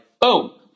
boom